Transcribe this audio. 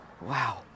wow